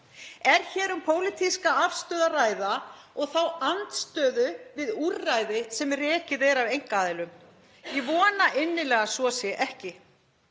Er hér um pólitíska afstöðu að ræða og þá andstöðu við úrræði sem rekið er af einkaaðilum? Ég vona innilega að svo sé ekki.